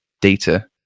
data